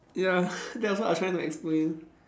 ya that was what I trying to explain